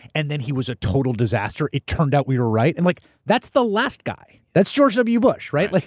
and then he was a total disaster. it turned out we were right. and like that's the last guy. that's george w. bush, right? like